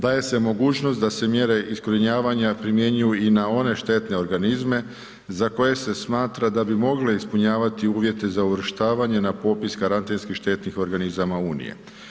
Daje se mogućnost da se mjere iskorjenjavanja primjenjuju i na one štetne mehanizme za koje se smatra da bi mogle ispunjavati uvjete za uvrštavanje na popis karantenskih štetnih organizama unije.